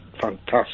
fantastic